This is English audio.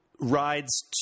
rides